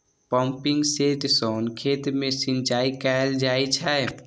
pumping set सं खेत मे सिंचाई कैल जाइ छै